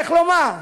איך לומר?